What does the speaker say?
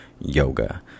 Yoga